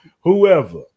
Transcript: whoever